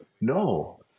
No